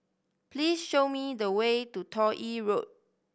please show me the way to Toh Yi Road